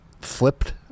flipped